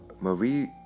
Marie